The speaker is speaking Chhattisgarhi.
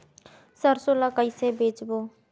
सरसो ला कइसे बेचबो?